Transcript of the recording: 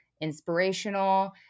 inspirational